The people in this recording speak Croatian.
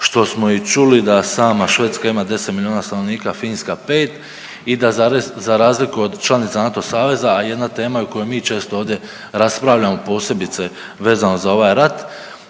što smo i čuli da sama Švedska ima 10 milijuna stanovnika, Finska 5 i da za razliku od članica NATO saveza, a jedna je tema o kojoj mi često ovdje raspravljamo posebice vezano za ovaj rat,